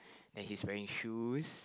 then he's wearing shoes